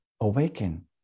awaken